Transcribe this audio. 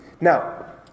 Now